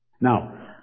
now